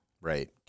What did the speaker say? Right